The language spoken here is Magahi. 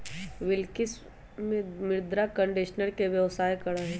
बिलकिश मृदा कंडीशनर के व्यवसाय करा हई